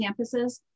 campuses